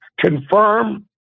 confirm